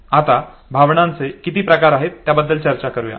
आता भावनांचे किती प्रकार आहेत याबद्दल चर्चा करूया